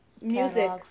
music